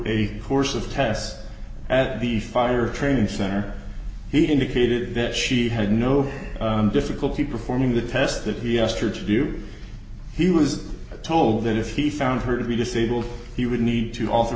a course of test at the fire training center he indicated that she had no difficulty performing the test that he asked her to view he was told that if he found her to be disabled he would need to